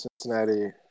Cincinnati